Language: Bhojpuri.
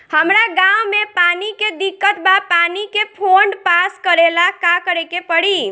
हमरा गॉव मे पानी के दिक्कत बा पानी के फोन्ड पास करेला का करे के पड़ी?